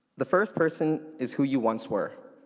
the first person is who you once were.